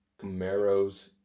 Camaros